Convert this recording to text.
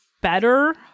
better